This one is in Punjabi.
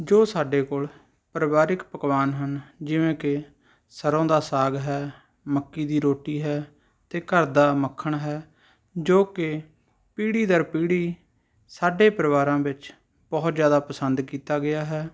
ਜੋ ਸਾਡੇ ਕੋਲ ਪਰਿਵਾਰਕ ਪਕਵਾਨ ਹਨ ਜਿਵੇਂ ਕਿ ਸਰੋਂ ਦਾ ਸਾਗ ਹੈ ਮੱਕੀ ਦੀ ਰੋਟੀ ਹੈ ਅਤੇ ਘਰ ਦਾ ਮੱਖਣ ਹੈ ਜੋ ਕਿ ਪੀੜੀ ਦਰ ਪੀੜੀ ਸਾਡੇ ਪਰਿਵਾਰਾਂ ਵਿੱਚ ਬਹੁਤ ਜ਼ਿਆਦਾ ਪਸੰਦ ਕੀਤਾ ਗਿਆ ਹੈ